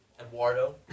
Eduardo